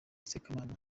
sekamana